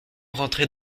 rentré